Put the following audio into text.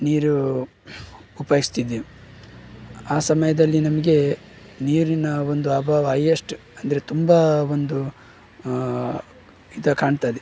ನೀರು ಉಪಯೋಗ್ಸ್ತಿದ್ದಿದ್ದ ಆ ಸಮಯದಲ್ಲಿ ನಮಗೆ ನೀರಿನ ಒಂದು ಅಭಾವ ಎಷ್ಟು ಅಂದರೆ ತುಂಬ ಒಂದು ಇದು ಕಾಣ್ತದೆ